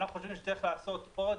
אנחנו חושבים שצריך לעשות עוד,